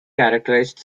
characterized